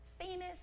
famous